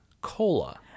Cola